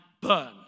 burn